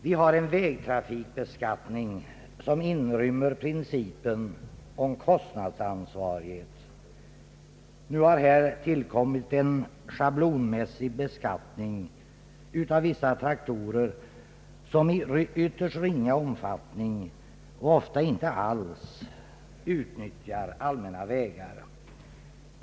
Vi har en vägtrafikbeskattning som inrymmer principen om kostnadsansvarighet. Nu har det tillkommit en schablonmässig beskattning av vissa traktorer som i ytterst ringa omfattning, ofta inte alls, utnyttjar allmänna vägar.